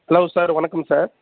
hello sir வணக்கம் sir